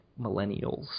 millennials